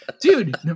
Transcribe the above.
dude